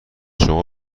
شما